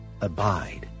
abide